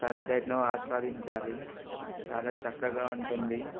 సన్సెట్ను ఆస్వాదించాలి చాలా చక్కగా ఉంటుంది